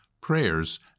prayers